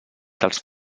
dels